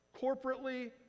corporately